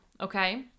Okay